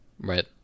Right